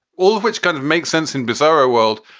all of which kind of makes sense in bizarro world,